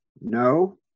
no